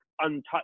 untouched